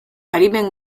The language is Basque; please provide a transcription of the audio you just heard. arimen